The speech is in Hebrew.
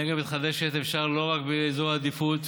אנרגיה מתחדשת אפשר לא רק באזורי עדיפות,